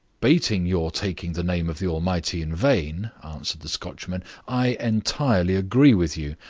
bating your taking the name of the almighty in vain, answered the scotchman, i entirely agree with you.